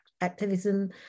activism